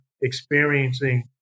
experiencing